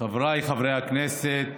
חבריי חברי הכנסת,